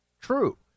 true